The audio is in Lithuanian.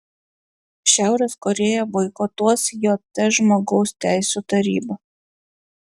šiaurės korėja boikotuos jt žmogaus teisių tarybą